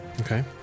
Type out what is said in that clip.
Okay